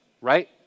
right